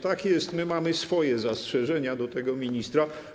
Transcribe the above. Tak jest, my mamy swoje zastrzeżenia do ministra.